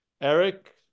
Eric